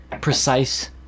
precise